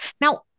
Now